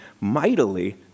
mightily